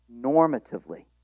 normatively